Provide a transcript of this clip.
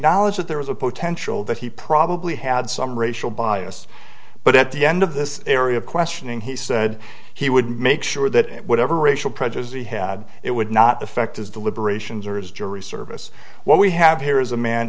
that there was a potential that he probably had some racial bias but at the end of this area of questioning he said he would make sure that whatever racial prejudice the had it would not affect his deliberations or is jury service what we have here is a man